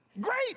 Great